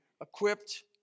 equipped